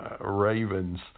Ravens